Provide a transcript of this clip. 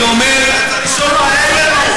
אני אומר, אתה צריך לשאול מה אין לנו.